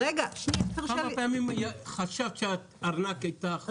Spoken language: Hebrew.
כמה פעמים חשבת שהארנק איתך?